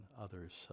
others